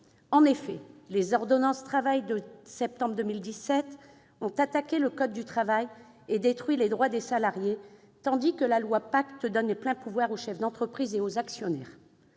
En effet, les ordonnances Travail de septembre 2017 ont attaqué le code du travail et détruit les droits des salariés, tandis que la loi Pacte donne les pleins pouvoirs aux chefs d'entreprise et aux actionnaires.